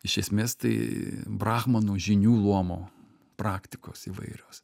iš esmės tai brahmanų žynių luomo praktikos įvairios